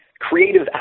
creative